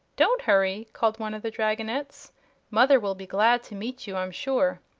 don't hurry, called one of the dragonettes mother will be glad to meet you, i'm sure.